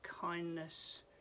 kindness